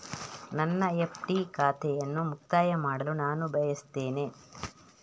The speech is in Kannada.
ನನ್ನ ಎಫ್.ಡಿ ಖಾತೆಯನ್ನು ಮುಕ್ತಾಯ ಮಾಡಲು ನಾನು ಬಯಸ್ತೆನೆ